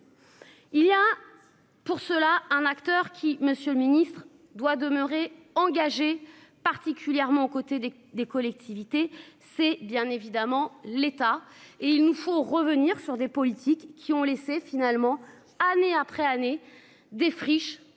Il y a pour cela un acteur qui, monsieur le ministre doit demeurer engagée particulièrement aux côtés des des collectivités. C'est bien évidemment l'état et il nous faut revenir sur des politiques qui ont laissé, finalement, année après année défriche